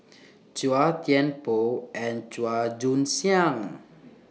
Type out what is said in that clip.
Chua Thian Poh and Chua Joon Siang